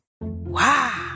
Wow